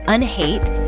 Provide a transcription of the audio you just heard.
Unhate